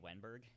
Wenberg